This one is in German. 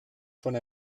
von